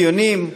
ציונים,